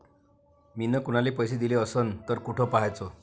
मिन कुनाले पैसे दिले असन तर कुठ पाहाचं?